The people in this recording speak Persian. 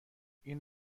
این